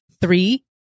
Three